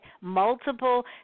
multiple